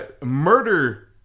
murder